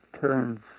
turns